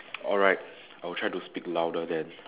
alright I will try to speak louder then